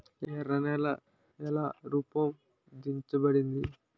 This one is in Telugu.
ఎర్ర నేల ఎలా రూపొందించబడింది?